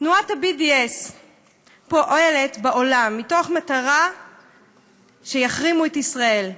תנועת ה-BDS פועלת בעולם מתוך מטרה שיחרימו את ישראל.